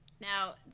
Now